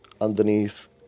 underneath